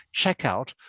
checkout